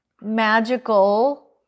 magical